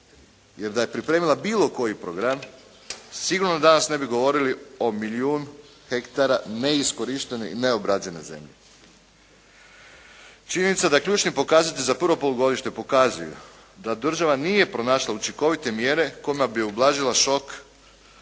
Jer da je pripremila bilo koji program sigurno danas ne bi govorili o milijun hektara neiskorištene i neobrađene zemlje. Činjenica da je ključni pokazatelj za prvo polugodište pokazuju da država nije pronašla učinkovite mjere kojima bi ublažila šok